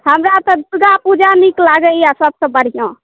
हमरा तऽ दुर्गा पूजा नीक लगैए सभसँ बढ़िआँ